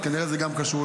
אז כנראה זה גם קשור.